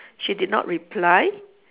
she did not reply